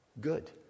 good